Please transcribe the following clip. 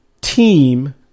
team